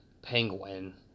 Penguin